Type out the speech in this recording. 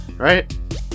right